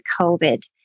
COVID